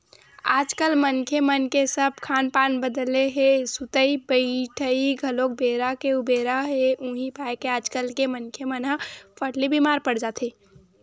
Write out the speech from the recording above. आजकल मनखे मन के सब खान पान बदले हे सुतई बइठई घलोक बेरा के उबेरा हे उहीं पाय के आजकल के मनखे मन ह फट ले बीमार पड़ जाथे